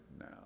now